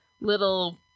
little